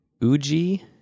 Uji